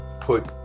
put